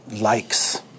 likes